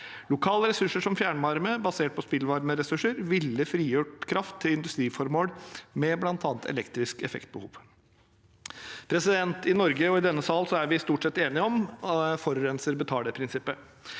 Lokale ressurser, som fjernvarme basert på spillvarmeressurser, ville frigjort kraft til industriformål med bl.a. elektrisk effektbehov. I Norge og i denne sal er vi stort sett enige om forurenser betaler-prinsippet.